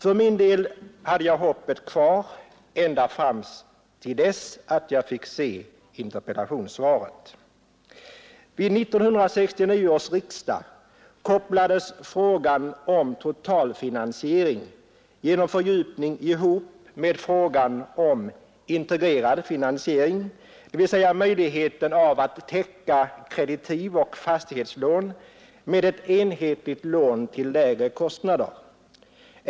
För min del hade jag hoppet kvar ända fram till dess att jag fick interpellationssvaret. Vid 1969 års riksdag kopplades frågan om totalfinansiering genom fördjupning ihop med frågan om integrerad finansiering, dvs. möjligheten av att täcka kreditiv och fastighetslån med ett enhetligt lån till lägre kostnader.